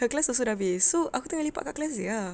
her class also dah habis so aku tengah lepak kat class dia ah